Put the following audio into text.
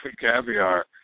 caviar